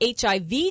HIV